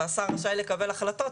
והשר רשאי לקבל החלטות,